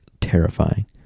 terrifying